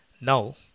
Now